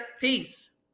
Peace